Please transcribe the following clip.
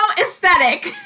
aesthetic